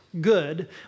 Good